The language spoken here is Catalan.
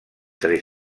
tres